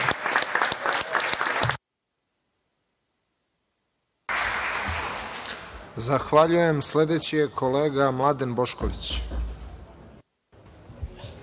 Zahvaljujem. Sledeći je kolega Mladen Bošković.